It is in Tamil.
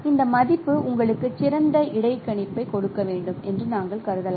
இந்த மதிப்பு உங்களுக்கு சிறந்த இடைக்கணிப்பைக் கொடுக்க வேண்டும் என்று நாங்கள் கருதலாம்